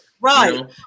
Right